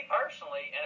personally